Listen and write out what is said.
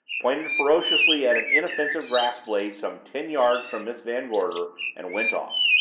pointed ferociously at an inoffensive grass-blade some ten yards from miss van gorder and went off.